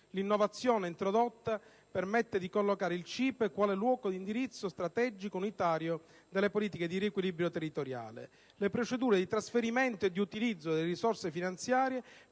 L'innovazione introdotta permette di collocare il CIPE quale luogo di indirizzo strategico unitario delle politiche di riequilibrio territoriale. Le procedure di trasferimento e di utilizzo delle risorse finanziarie